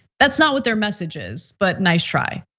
that's not what their message is but nice try.